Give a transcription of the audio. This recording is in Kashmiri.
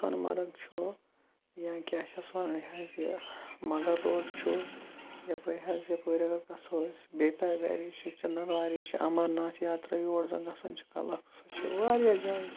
سۄنہٕ مرگ چھُ یا کیٛاہ چھِ اَتھ وَنان یہِ حظ یہِ مۄغل روڈ چھُ یِپٲرۍ حظ یَپٲرۍ اگر گژھو أسۍ بیتاب ویلی چھُ چندنواری چھُ امرناتھ یاترے یور زَن گژھان چھِ واریاہ جایہِ